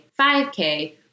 5K